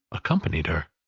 accompanied her.